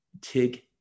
TIG